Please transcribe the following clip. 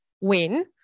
win